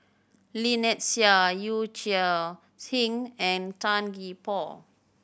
Lynnette Seah Yee Chia Hsing and Tan Gee Paw